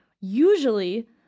usually